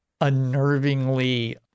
unnervingly